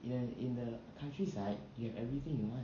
you know in the countryside you have everything you want